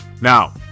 Now